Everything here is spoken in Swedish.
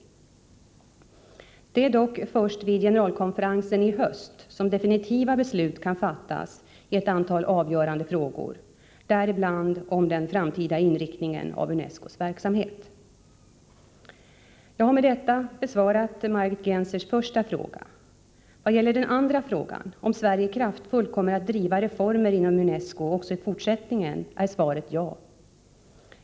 Det är dock först vid generalkonferensen i höst som definitiva beslut kan fattas i ett antal avgörande frågor, däribland om den framtida inriktningen av UNESCO:s verksamhet. Jag har med detta besvarat Margit Gennsers första fråga. Vad gäller den andra frågan, om Sverige kraftfullt kommer att driva reformer inom UNESCO också i fortsättningen, är svaret ja!